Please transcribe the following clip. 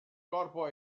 corpo